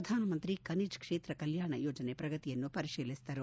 ಪ್ರಧಾನಮಂತ್ರಿ ಖನಿಜ್ ಕ್ಷೇತ್ರ ಕಲ್ನಾಣ ಯೋಜನೆ ಪ್ರಗತಿಯನ್ನು ಪರಿತೀಲಿಸಿದರು